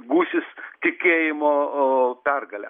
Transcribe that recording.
gūsis tikėjimo oo pergale